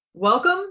Welcome